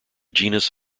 genus